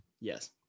Yes